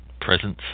presence